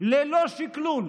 ללא שקלול.